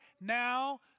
now